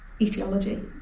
etiology